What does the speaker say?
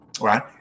Right